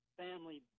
family